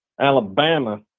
Alabama